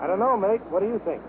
i don't know mike what do you think